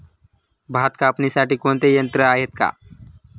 भात कापणीसाठी कोणते यंत्र आहेत का?